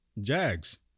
Jags